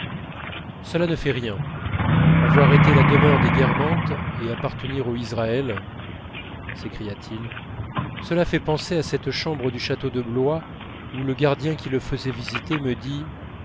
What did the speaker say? cela ne fait rien avoir été la demeure des guermantes et appartenir aux israël s'écria-t-il cela fait penser à cette chambre du château de blois où le gardien qui le faisait visiter me dit